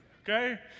Okay